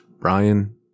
Brian